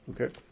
Okay